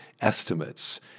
estimates